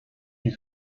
you